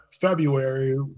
February